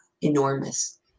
enormous